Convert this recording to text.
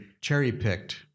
cherry-picked